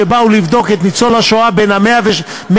כשבאו לבדוק את ניצול השואה בן ה-105,